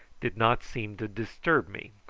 did not seem to disturb me.